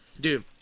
Dude